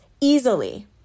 easily